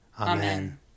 Amen